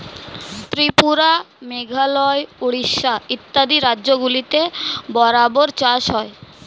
ত্রিপুরা, মেঘালয়, উড়িষ্যা ইত্যাদি রাজ্যগুলিতে রাবার চাষ হয়